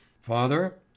father